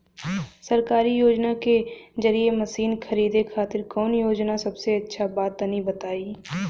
सरकारी योजना के जरिए मशीन खरीदे खातिर कौन योजना सबसे अच्छा बा तनि बताई?